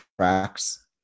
tracks